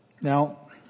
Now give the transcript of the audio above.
Now